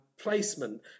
placement